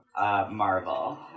Marvel